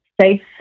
safe